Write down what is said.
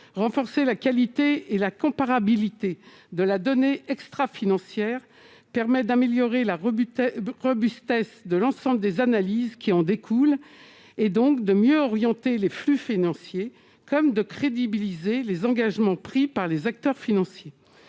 renforcer la qualité et la comparabilité de la donner extra-financière permet d'améliorer la robustesse de robustesse de l'ensemble des analyses qui en découlent et donc de mieux orienter les flux financiers comme de crédibiliser les engagements pris par les acteurs financiers